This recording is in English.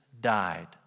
died